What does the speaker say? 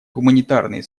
гуманитарные